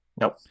Nope